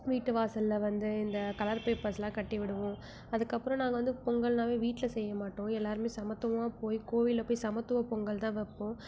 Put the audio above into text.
வீட்டு வாசலில் வந்து இந்த கலர் பேப்பர்ஸெலாம் கட்டி விடுவோம் அதுக்கப்புறம் நாங்கள் வந்து பொங்கல்னாவே வீட்டில் செய்ய மாட்டோம் எல்லோருமே சமத்துவமா போய் கோவிலில் போய் சமத்துவ பொங்கல்தான் வைப்போம்